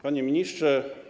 Panie Ministrze!